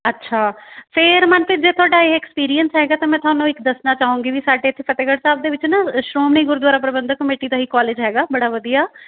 ਅੱਛਾ ਫੇਰ ਮਨਪ੍ਰੀਤ ਜੇ ਤੁਹਾਡਾ ਇਹ ਐਕਸਪੀਰੀਅੰਸ ਹੈਗਾ ਤਾਂ ਮੈਂ ਤੁਹਾਨੂੰ ਇੱਕ ਦੱਸਣਾ ਚਾਹੂੰਗੀ ਵੀ ਸਾਡੇ ਇੱਥੇ ਫਤਿਹਗੜ੍ਹ ਸਾਹਿਬ ਦੇ ਵਿੱਚ ਨਾ ਅ ਸ਼੍ਰੋਮਣੀ ਗੁਰਦੁਆਰਾ ਪ੍ਰਬੰਧਕ ਕਮੇਟੀ ਦਾ ਹੀ ਕੋਲਜ ਹੈਗਾ ਬੜਾ ਵਧੀਆ